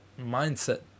mindset